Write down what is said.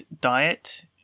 diet